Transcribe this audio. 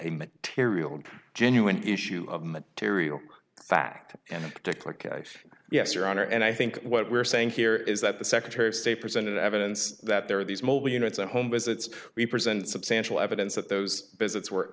a material genuine issue of material fact and to click yes your honor and i think what we're saying here is that the secretary of state presented evidence that there are these mobile units at home visits we present substantial evidence that those visits were